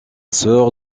sœur